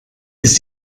ist